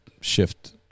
shift